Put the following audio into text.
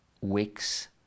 weeks